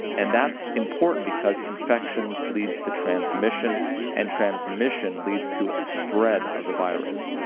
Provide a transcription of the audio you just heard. and that's important because infections leads to transmission and transmission leads to spread of the virus.